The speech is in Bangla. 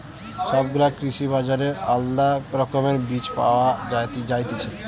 সব গুলা কৃষি বাজারে আলদা রকমের বীজ পায়া যায়তিছে